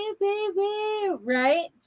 right